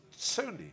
Sony